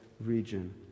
region